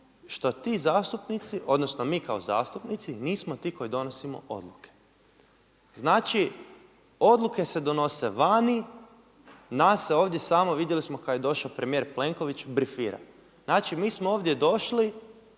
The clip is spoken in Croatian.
šta ti zastupnici, odnosno mi kao zastupnici nismo ti koji donosimo odluke. Znači odluke se donose vani, nas se ovdje samo, vidjeli smo kada je došao premijer Plenković brifira. Znači mi smo ovdje došli